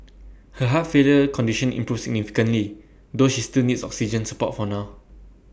her heart failure condition improved significantly though she still needs oxygen support for now